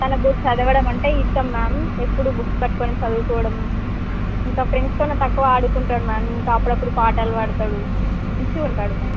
తనకు చదవడం అంటే ఇష్టం మ్యామ్ ఎప్పుడూ బుక్స్ పట్టుకుని చదువుకోవడం ఇంకా ఫ్రెండ్స్తోని తక్కువ ఆడుకుంటాడు మ్యామ్ అప్పుడప్పుడు పాటలు పాడుతాడు మంచిగా ఉంటాడు మ్యామ్